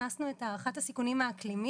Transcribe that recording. הכנסנו את הערכת הסיכונים האקלימית,